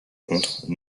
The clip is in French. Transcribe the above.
contre